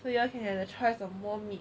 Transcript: so you all can had the choice of more meat